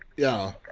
yeah,